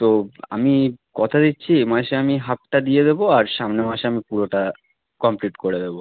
তো আমি কথা দিচ্ছি এ মাসে আমি হাফটা দিয়ে দেবো আর সামনের মাসে আমি পুরোটা কমপ্লিট করে দেবো